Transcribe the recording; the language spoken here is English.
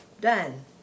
done